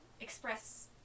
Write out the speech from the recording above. express